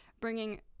bringing